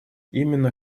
именно